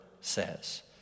says